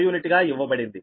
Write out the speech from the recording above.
u గా ఇవ్వబడింది